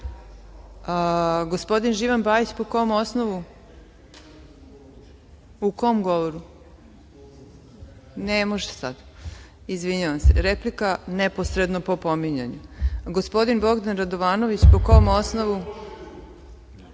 osnovu?(Živan Bajić: Pomenut sam.)U kom govoru? Ne možete sada, izvinjavam se. Replika neposredno po pominjanju. Gospodin Bogdan Radovanović, po kom osnovu?